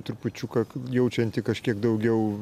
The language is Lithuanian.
trupučiuką jaučianti kažkiek daugiau